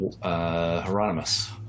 Hieronymus